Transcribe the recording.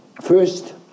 First